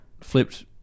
Flipped